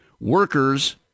workers